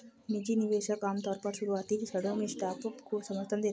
निजी निवेशक आमतौर पर शुरुआती क्षणों में स्टार्टअप को समर्थन देते हैं